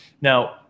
Now